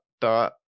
dot